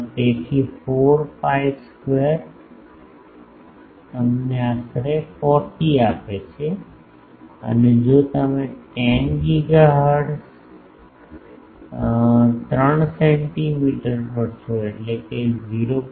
તેથી 4 pi square તમને આશરે 40 આપે છે અને જો તમે 10 ગીગાહર્ટ્ઝ 3 સેન્ટિમીટર પર છો એટલે 0